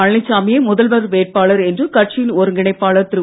பழனிச்சாமியே முதல்வர் வேட்பாளர் என்று கட்சியின் ஒருங்கிணைப்பாளர் திரு